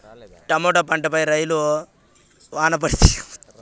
Tomato పంట పై రాళ్లు వాన పడితే ఏమవుతుంది?